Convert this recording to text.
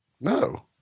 No